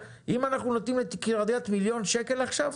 אם אנחנו נותנים לקריית גת מיליון שקל עכשיו,